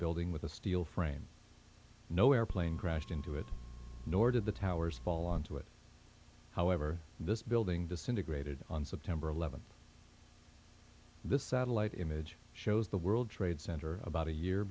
building with a steel frame no airplane crashed into it nor did the towers fall onto it however this building disintegrated on september eleventh this satellite image shows the world trade center about a year